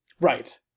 Right